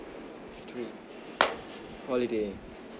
three holiday